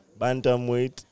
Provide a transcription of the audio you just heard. bantamweight